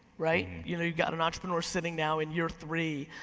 right? you've got an entrepreneur sitting now in year three,